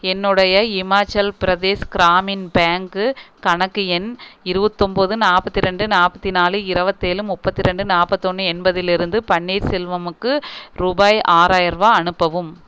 என்னொடைய Himachal Pradesh Gramin bank கணக்கு எண் இருபத்தொம்போது நாற்பத்தி ரெண்டு நாற்பத்தி நாலு இருபத்தேழு முப்பத்தி ரெண்டு நாற்பத்தொன்னு என்பதில் இருந்து பன்னீர்செல்வமுக்கு ரூபாய் ஆறாயிரருவா அனுப்பவும்